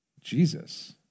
Jesus